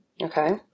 Okay